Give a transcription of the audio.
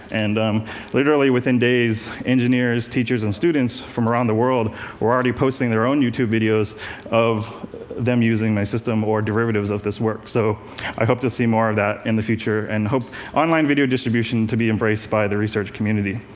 and um literally within days, engineers, teachers and students from around the world were already posting their own youtube videos of them using my system or derivatives of this work. so i hope to see more of that in the future, and hope online video distribution to be embraced by the research community.